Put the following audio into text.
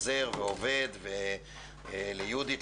ליהודית,